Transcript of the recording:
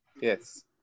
Yes